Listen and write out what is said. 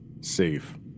Safe